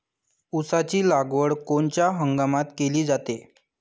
ऊसाची लागवड कोनच्या हंगामात केली जाते?